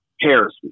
heresy